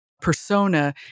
persona